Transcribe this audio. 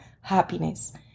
happiness